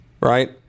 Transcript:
right